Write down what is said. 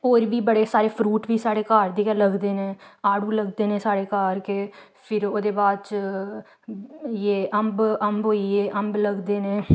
होर बी बड़े सारे फ्रूट बी साढ़े घर दे गै लगदे न आड़ू लगदे न साढ़े घर केह् फिर ओह्दे बाद च इ'यै अम्ब अम्ब होइयै अम्ब लगदे न